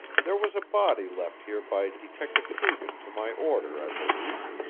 there was a body left here by detective coogan to my order i believe.